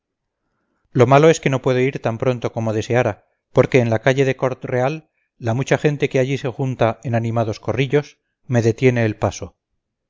lo malo es que no puedo ir tan pronto como deseara porque en la calle de cort real la mucha gente que allí se junta en animados corrillos me detiene el paso